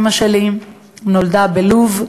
אימא שלי נולדה בלוב,